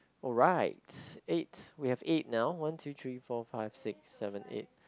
all right eight we have eight now one two three four five six seven eight